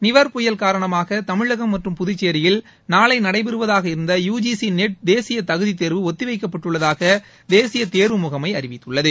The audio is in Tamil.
நிவர் புயல் காரணமாக தமிழகம் மற்றம் புதுச்சேரியில் நாளை நடைபெறுவதாக இருந்த யு ஜி சி நெட் தேசிய தகுதி தேர்வு ஒத்தி வைக்கப்பட்டுள்ளதாக தேசிய தேர்வு முகமை அறிவித்துள்ளது